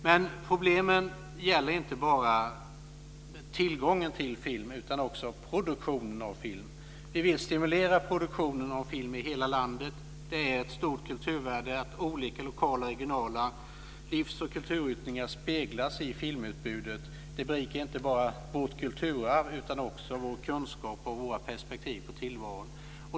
Men problemen gäller inte bara tillgången till film utan också produktionen av film. Vi vill stimulera produktionen av film i hela landet. Det är ett stort kulturvärde att olika lokala och regionala livs och kulturyttringar speglas i filmutbudet. Det berikar inte bara vårt kulturarv utan också vår kunskap och våra perspektiv på tillvaron.